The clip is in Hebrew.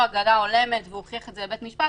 הגנה הולמת והוא הוכיח את זה בבית המשפט,